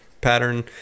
pattern